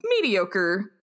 mediocre